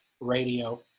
radio